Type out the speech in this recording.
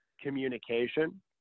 communication